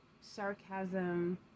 sarcasm